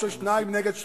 נכון מאוד.